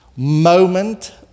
moment